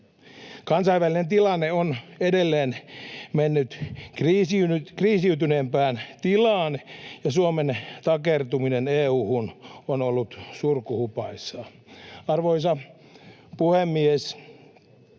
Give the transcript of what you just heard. Kansainvälinen tilanne on edelleen mennyt kriisiytyneempään tilaan, ja Suomen takertuminen EU:hun on ollut surkuhupaisaa. Arvoisa puhemies!